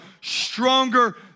stronger